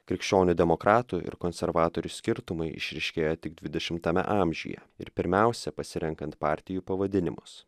krikščionių demokratų ir konservatorių skirtumai išryškėja tik dvidešimtame amžiuje ir pirmiausia pasirenkant partijų pavadinimus